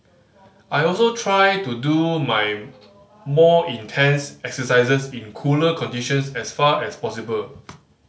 I also try to do my more intense exercises in cooler conditions as far as possible